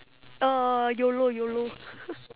oh YOLO YOLO